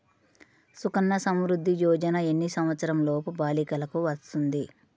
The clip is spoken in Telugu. సుకన్య సంవృధ్ది యోజన ఎన్ని సంవత్సరంలోపు బాలికలకు వస్తుంది?